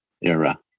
era